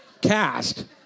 cast